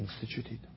instituted